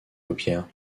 paupières